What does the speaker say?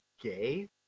Gay